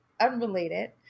unrelated